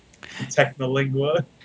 Technolingua